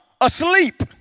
asleep